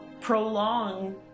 prolong